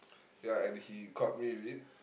yeah and he caught me with it